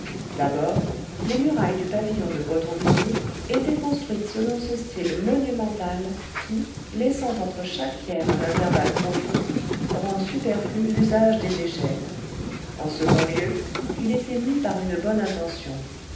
d'abord les murailles du pavillon de bretonvilliers étaient construites selon ce style monumental qui laissant entre chaque pierre un intervalle profond rend superflu l'usage des échelles en second lieu il était mû par une bonne intention